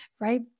right